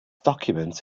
document